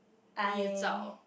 I